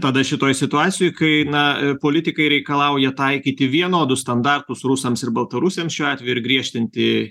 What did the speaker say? tada šitoj situacijoj kai na politikai reikalauja taikyti vienodus standartus rusams ir baltarusiams šiuo atveju ir griežtinti